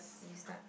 you start